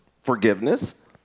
forgiveness